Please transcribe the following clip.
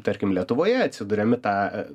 tarkim lietuvoje atsiduriam į tą